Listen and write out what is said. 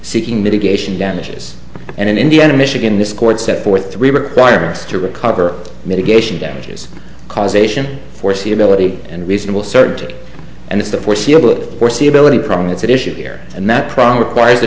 seeking mitigation damages and in indiana michigan this court set forth requirements to recover mitigation damages causation foreseeability and reasonable certainty and it's the foreseeable foreseeability problem it's at issue here and that prong requires the